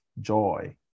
joy